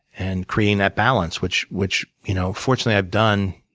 and creating that balance, which which you know fortunately i've done.